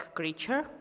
creature